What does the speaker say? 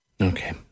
okay